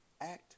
act